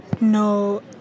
No